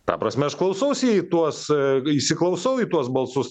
tą prasme aš klausausi jį tuos e įsiklausau į tuos balsus